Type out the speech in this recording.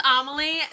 Amelie